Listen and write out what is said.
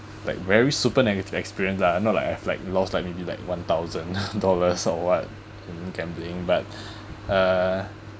like very super negative experience lah not like I've like lost like maybe like one thousand dollars or what in gambling but uh